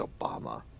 Obama